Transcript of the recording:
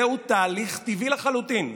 זהו תהליך טבעי לחלוטין.